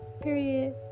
Period